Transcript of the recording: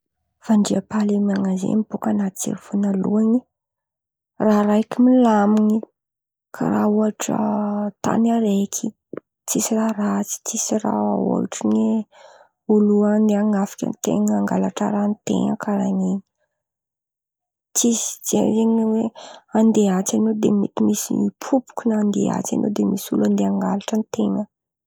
Fandriam-pahaleman̈a zen̈y an̈aty jery vônaloan̈y raha raiky milamin̈y karàha ohatra tan̈y araiky, tsisy raha ratsy tsisy raha ohatra oe olon̈a ndeha an̈afika an-ten̈a na angalatra raha an-ten̈a karàha in̈y. Tsisy jery zen̈y oe andeha atsy an̈ao de mety misy hipopoka na andeha atsy an̈ao de misy olo andeha angalatra an-ten̈a.